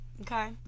Okay